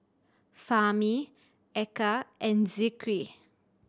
Fahmi Eka and Zikri